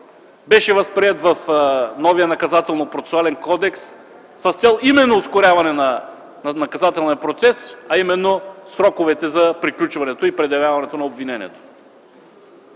беше възприет в новия Наказателно-процесуален кодекс с цел именно ускоряване на наказателния процес, а именно сроковете за приключването и предявяването на обвинението.